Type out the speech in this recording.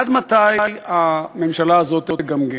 עד מתי הממשלה הזאת תגמגם?